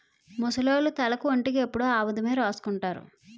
ముసలోళ్లు తలకు ఒంటికి ఎప్పుడు ఆముదమే రాసుకుంటారు